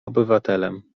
obywatelem